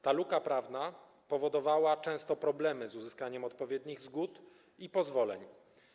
Ta luka prawna powodowała często problemy z uzyskaniem odpowiednich zgód i pozwoleń.